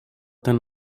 ten